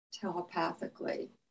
telepathically